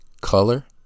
color